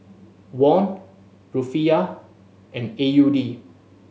Won Rufiyaa and A U D